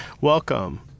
welcome